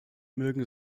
mögen